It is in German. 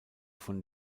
von